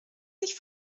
sich